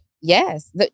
Yes